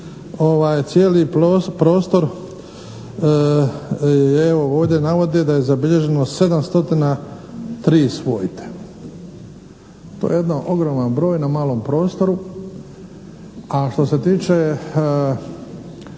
navodi da je zabilježeno 703 svojte. To je jedan ogroman broj na malom prostoru,